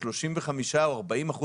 לשלם בחודש אחד ימי מחלה לשליש מהעובדים.